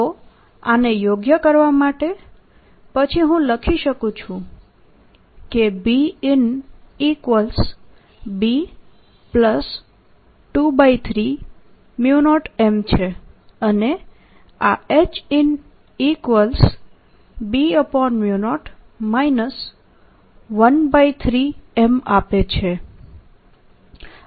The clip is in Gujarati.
તો આને યોગ્ય કરવા માટે પછી હું લખી શકું છું કે BinB230M છે અને આ HinB0 13M આપે છે